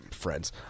friends